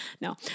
No